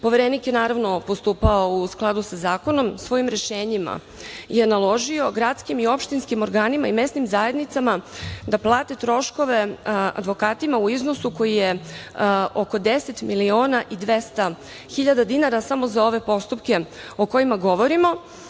struktura. Poverenik je postupao u skladu sa zakonom. Svojim rešenjima je naložio gradskim i opštinskim organima i mesnim zajednicama da plate troškove advokatima u iznosu koji je oko 10 miliona i 200.000 dinara samo za ove postupke o kojima govorimo.